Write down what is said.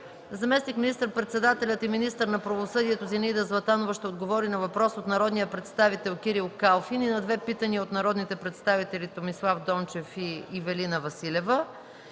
Заместник министър-председателят и министър на правосъдието Зинаида Златанова ще отговори на въпрос от народния представител Кирил Калфин и на две питания от народните представители Томислав Дончев и Ивелина Василева.